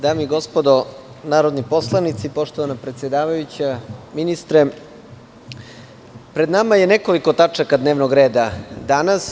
Dame i gospodo narodni poslanici, poštovana predsedavajuća, ministre, pred nama je nekoliko tačaka dnevnog reda danas.